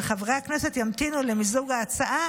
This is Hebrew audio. וחברי הכנסת ימתינו למיזוג ההצעה